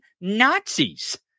Nazis